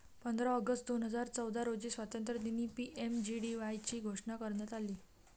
पंधरा ऑगस्ट दोन हजार चौदा रोजी स्वातंत्र्यदिनी पी.एम.जे.डी.वाय ची घोषणा करण्यात आली